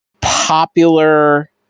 popular